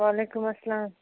وعلیکُم اسلام